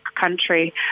country